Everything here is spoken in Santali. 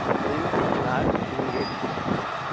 ᱦᱤᱱᱫᱤ ᱟᱨ ᱤᱝᱨᱮᱹᱡᱤ ᱠᱟᱱᱟ